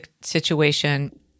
situation